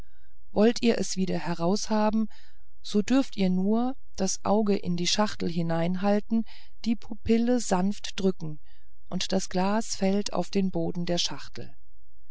wollt ihr es wieder heraushaben so dürft ihr nur das auge in die schachtel hineinhaltend die pupille sanft drücken und das glas fällt auf den boden der schachtel